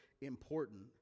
important